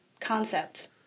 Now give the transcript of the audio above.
concept